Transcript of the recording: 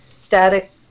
static